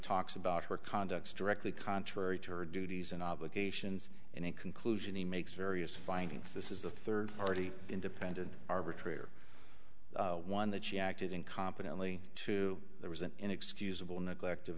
talks about her conduct directly contrary to her duties and obligations in a conclusion he makes various findings this is the third party independent arbitrator one that she acted incompetently to there was an inexcusable neglect of